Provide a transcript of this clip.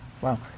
Wow